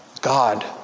God